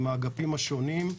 עם האגפים השונים.